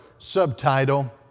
subtitle